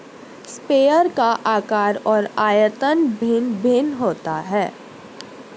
sprayer का आकार और आयतन भिन्न भिन्न होता है